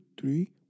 three